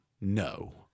no